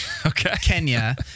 Kenya